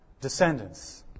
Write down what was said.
descendants